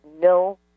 no